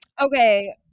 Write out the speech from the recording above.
okay